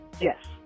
yes